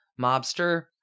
mobster